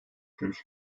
görüş